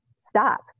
stop